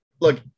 Look